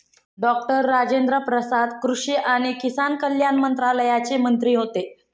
doctor Rajendra Prasad कृषी आणि किसान कल्याण मंत्रालयाचे मंत्री होते